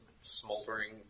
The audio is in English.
smoldering